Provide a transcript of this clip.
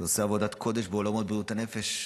ועושה עבודת קודש בעולמות בריאות הנפש,